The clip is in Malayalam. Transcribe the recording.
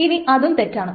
ഇനി അതും തെറ്റാണ്